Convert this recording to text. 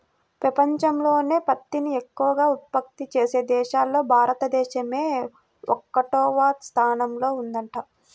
పెపంచంలోనే పత్తిని ఎక్కవగా ఉత్పత్తి చేసే దేశాల్లో భారతదేశమే ఒకటవ స్థానంలో ఉందంట